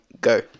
go